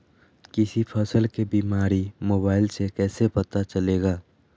किसी फसल के बीमारी मोबाइल से कैसे पता चलेगा?